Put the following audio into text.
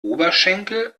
oberschenkel